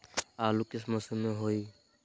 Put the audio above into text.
आलू किस मौसम में होई?